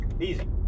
easy